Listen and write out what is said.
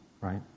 Right